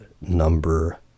number